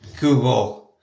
Google